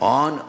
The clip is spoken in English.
on